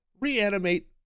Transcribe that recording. reanimate